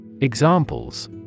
Examples